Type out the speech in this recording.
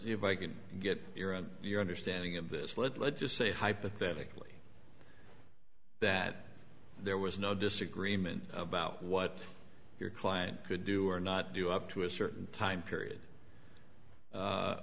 if i can get your and your understanding of this let let's just say hypothetically that there was no disagreement about what your client could do or not do up to a certain time period